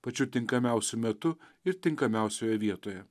pačiu tinkamiausiu metu ir tinkamiausioje vietoje